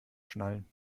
schnallen